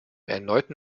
erneuten